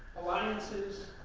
alliances,